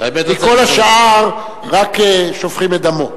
כי כל השאר רק שופכים את דמו.